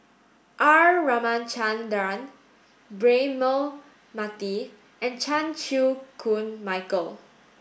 R Ramachandran Braema Mathi and Chan Chew Koon Michael